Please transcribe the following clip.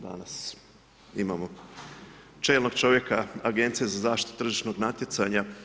Danas imamo čelnog čovjeka Agencije za zaštitu tržišnog natjecanja.